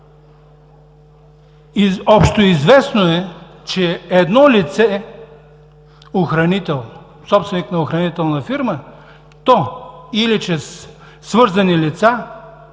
общоизвестно е, че едно лице – собственик на охранителна фирма, или чрез свързани лица